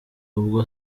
ubwo